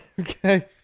Okay